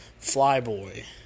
Flyboy